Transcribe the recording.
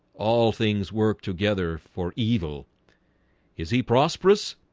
all things work together for evil is he prosperous?